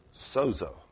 Sozo